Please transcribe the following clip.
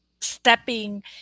stepping